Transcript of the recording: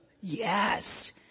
Yes